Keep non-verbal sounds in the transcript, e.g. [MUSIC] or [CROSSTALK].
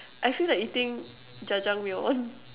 I feel like eating jajameyon [LAUGHS]